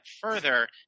further